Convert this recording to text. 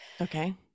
Okay